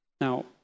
Now